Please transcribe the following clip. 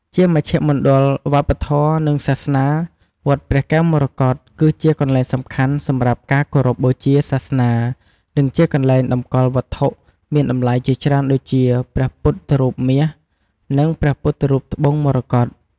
ជាមជ្ឈមណ្ឌលវប្បធម៌ និងសាសនា វត្តព្រះកែវមរកតគឺជាកន្លែងសំខាន់សម្រាប់ការគោរពបូជាសាសនា និងជាកន្លែងតម្កល់វត្ថុមានតម្លៃជាច្រើនដូចជា ព្រះពុទ្ធរូបមាស និងព្រះពុទ្ធរូបត្បូងមរកត។